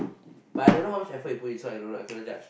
but I don't know how much effort he put in so I don't know I cannot judge